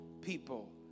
people